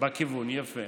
בכיוון, יפה.